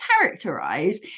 characterize